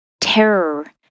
terror